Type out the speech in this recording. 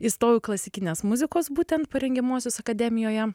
įstojau klasikinės muzikos būtent parengiamuosius akademijoje